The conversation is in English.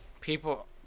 people